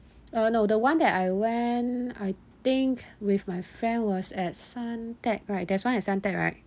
uh no the one that I went I think with my friend was at suntec right there's one at suntec right